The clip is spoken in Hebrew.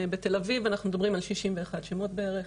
בתל-אביב אנחנו מדברים על 61 שמות בערך,